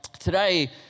Today